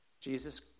Jesus